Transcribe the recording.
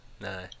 No